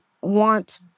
want